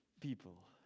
people